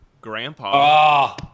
Grandpa